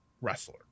wrestler